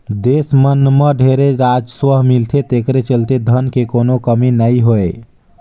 देस मन मं ढेरे राजस्व मिलथे तेखरे चलते धन के कोनो कमी नइ होय